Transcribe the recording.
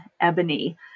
ebony